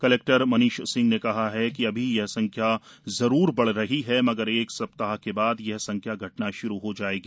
collector Manish Singh ने कहा कि अभी यह संख्या जरूर बढ़ रही है मगर एक सप्ताह बाद यह संख्या घटना श्रू हो जायेगी